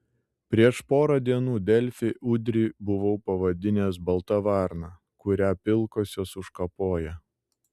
prieš porą dienų delfi udrį buvau pavadinęs balta varna kurią pilkosios užkapoja